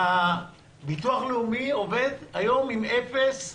הביטוח הלאומי עובד היום עם אפס נציגים.